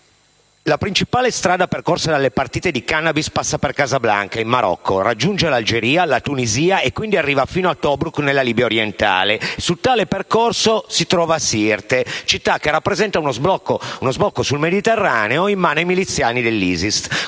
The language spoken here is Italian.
La principale strada percorsa dalle partite di *cannabis* passa per Casablanca, in Marocco, raggiunge l'Algeria, la Tunisia e quindi arriva fino a Tobruk, nella Libia orientale. Su tale percorso si trova Sirte, città che rappresenta uno sbocco sul Mediterraneo in mano ai miliziani dell'ISIS.